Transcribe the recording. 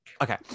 Okay